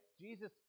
Jesus